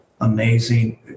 amazing